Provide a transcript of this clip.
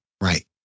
Right